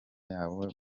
yabo